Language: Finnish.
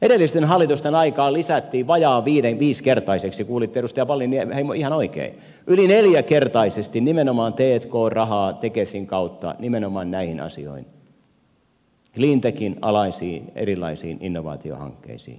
edellisten hallitusten aikaan lisättiin vajaa viisinkertaisesti kuulitte edustaja wallinheimo ihan oikein yli neljäkertaisesti nimenomaan t k rahaa tekesin kautta nimenomaan näihin asioihin cleantechin alaisiin erilaisiin innovaatiohankkeisiin